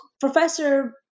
professor